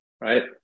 right